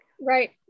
Right